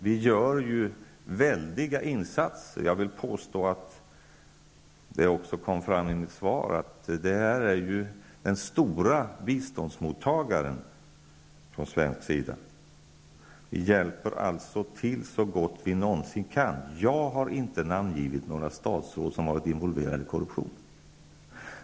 Vi gör väldiga insatser. Jag vill påstå att det också kom fram i mitt svar att Moçambique är den stora mottagaren av bistånd från svensk sida. Vi hjälper alltså till så gott vi någonsin kan. Jag har inte namngivit några statsråd som har varit involverade i korruption.